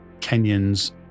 Kenyans